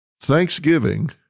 Thanksgiving